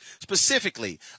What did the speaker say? specifically